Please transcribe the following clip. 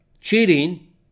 cheating